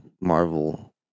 Marvel